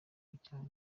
n’icyaha